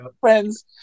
Friends